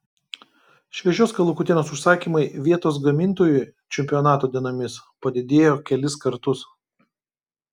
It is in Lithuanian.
šviežios kalakutienos užsakymai vietos gamintojui čempionato dienomis padidėjo kelis kartus